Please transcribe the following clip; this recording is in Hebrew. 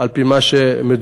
על-פי מה שמדווח,